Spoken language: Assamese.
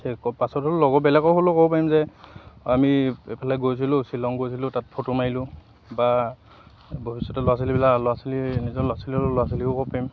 পাছত হ'ল লগৰ বেলেগক হ'লেও ক'ব পাৰিম যে আমি এইফালে গৈছিলোঁ শ্বিলং গৈছিলোঁ তাত ফটো মাৰিলোঁ বা ভৱিষতে ল'ৰা ছোৱালীবিলাক ল'ৰা ছোৱালী নিজৰ ল'ৰা ছোৱালী ল'ৰা ছোৱালীকো ক'ব পাৰিম